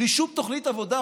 בלי שום תוכנית עבודה,